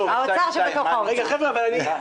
אבל הוא הצליח להסיט את הדיון מהנושא.